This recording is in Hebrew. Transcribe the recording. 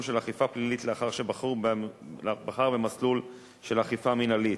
של אכיפה פלילית לאחר שבחר במסלול של אכיפה מינהלית,